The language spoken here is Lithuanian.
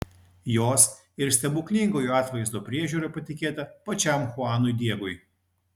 jos ir stebuklingojo atvaizdo priežiūra patikėta pačiam chuanui diegui